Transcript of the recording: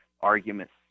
arguments